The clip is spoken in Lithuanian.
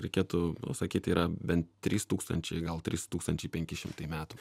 reikėtų nu sakyti yra bent trys tūkstančiai gal trys tūkstančiai penki šimtai metų